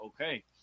okay